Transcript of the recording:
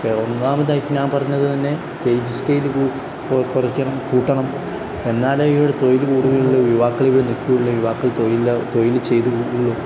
ഒന്നാമതായിട്ട് ഞാൻ പറഞ്ഞത് തന്നെ വേജ് സ്കൈയില് കുറയ്ക്കണം കൂട്ടണം എന്നാലെ ഇവിടെ തൊഴിൽ കൂടുകയുള്ളു യുവാക്കൾ ഇവിടെ നിൽക്കുള്ളു യുവാക്കൾ തൊഴിൽ തൊഴിൽ ചെയ്തു കൂടുകയുള്ളൂ